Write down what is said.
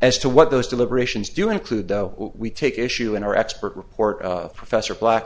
as to what those deliberations do include though we issue in our expert report professor black